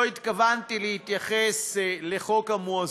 לא התכוונתי להתייחס לחוק המואזין,